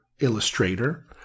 illustrator